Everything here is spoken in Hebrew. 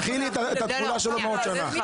תכיני את התחולה שלו מעוד שנה.